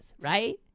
right